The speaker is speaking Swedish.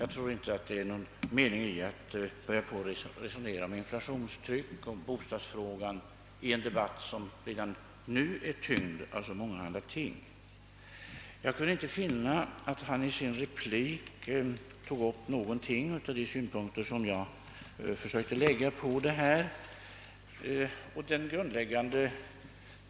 Jag tror inte att det är någon mening med att börja resonera om in flationstryck och bostadsfrågan i en debatt som redan nu är tyngd av så många spörsmål. Jag kan inte finna att herr Ohlin i sin replik tog upp någon av de synpunkter som jag försökte lägga på frågan.